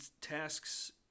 tasks